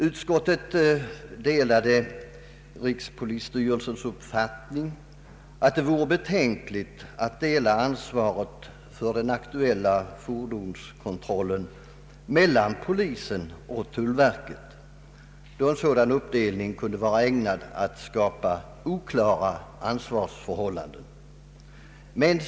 Utskottet instämde i rikspolisstyrelsens uppfattning att det vore betänkligt att dela ansvaret för den aktuella fordonskontrollen mellan polisen och tullverket, då en sådan uppdelning kunde vara ägnad att skapa oklara ansvarsförhållanden.